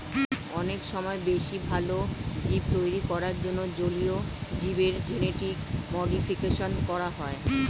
অনেক সময় বেশি ভালো জীব তৈরী করার জন্যে জলীয় জীবের জেনেটিক মডিফিকেশন করা হয়